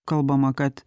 kalbama kad